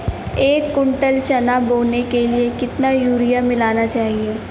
एक कुंटल चना बोने के लिए कितना यूरिया मिलाना चाहिये?